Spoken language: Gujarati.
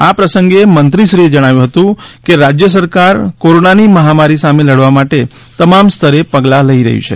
આ પ્રસંગે મંત્રી શ્રી એ જણાવ્યું હતું કે રાજ્ય સરકાર કોરોનાની મહામારી સામે લડવા તમામ સ્તરે પગલા લઈ રહી છે